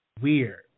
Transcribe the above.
weird